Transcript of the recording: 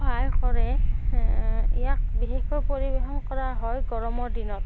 সহায় কৰে ইয়াক বিশেষকৈ পৰিবেশন কৰা হয় গৰমৰ দিনত